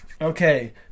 Okay